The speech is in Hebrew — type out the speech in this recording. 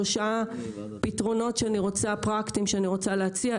שלושה פתרונות פרקטיים שאני רוצה להציע,